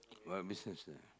my business eh